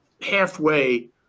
halfway